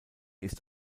ist